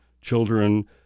Children